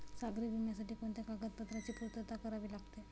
सागरी विम्यासाठी कोणत्या कागदपत्रांची पूर्तता करावी लागते?